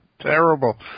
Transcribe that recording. Terrible